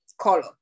color